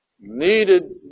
needed